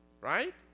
right